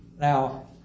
now